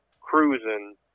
cruising